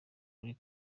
kuri